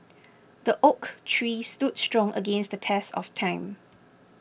the oak tree stood strong against the test of time